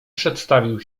przedstawił